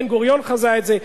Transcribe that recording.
בן-גוריון חזה את זה,